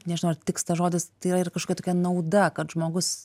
nežinau ar tiks tas žodis tai yra ir kažkokia tokia nauda kad žmogus